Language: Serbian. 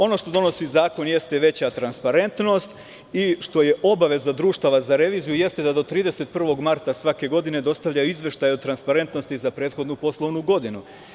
Ono što donosi zakon jeste veća transparentnost i što je obaveza društava za reviziju da do 31. marta svake godine dostavljaju izveštaj o transparentnosti za prethodnu poslovnu godinu.